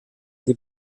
die